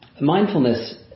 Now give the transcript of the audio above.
mindfulness